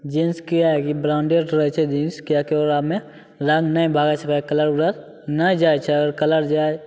jeans किएकि branded रहै छै जीन्स किएकि ओकरामे रङ्ग नहि भागै छै कलर उड़ल नहि जाइ छै आओर कलर जाइ